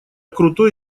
крутой